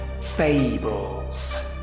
fables